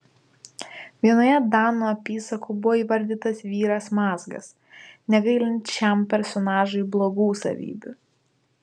vienoje danų apysakų buvo įvardytas vyras mazgas negailint šiam personažui blogų savybių